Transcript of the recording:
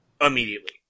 immediately